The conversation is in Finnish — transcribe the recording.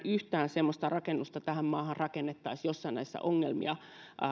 yhtään semmoista rakennusta tähän maahan rakennettaisi jossa näitä ongelmia